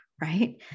right